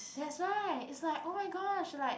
that's why it's like oh-my-gosh like